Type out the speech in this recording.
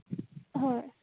हय